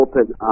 Open